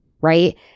right